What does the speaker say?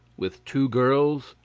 with two girls,